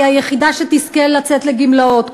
היא היחידה שתזכה לצאת לגמלאות.